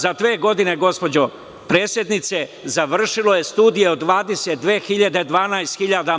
Za dve godine, gospođo predsednice, završilo je 12.000 studije od 22.000.